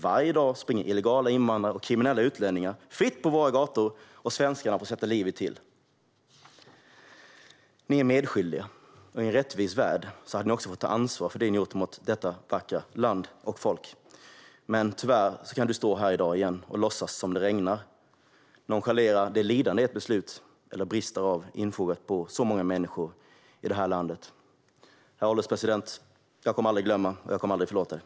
Varje dag springer illegala invandrare och kriminella utlänningar fritt på våra gator, och svenskar får sätta livet till. Ni är medskyldiga. I en rättvis värld hade ni också fått ta ansvar för det ni gjort mot detta vackra land och folk. Men tyvärr kan du, Heléne Fritzon, stå här i dag igen och låtsas som det regnar och nonchalera det lidande som era beslut, eller bristen på beslut, tillfogat så många människor i det här landet. Herr ålderspresident! Jag kommer aldrig att glömma, och jag kommer aldrig att förlåta.